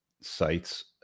sites